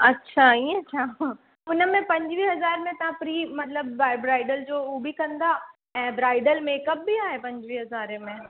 अच्छा इअं छा उन में पंजवीह हज़ार में तव्हां प्री मतिलब ब्राए ब्राइडल जो हो बि कंदा ऐं ब्राइडल मेकअप बि आहे पंजवीहं हज़ारे में